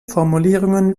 formulierungen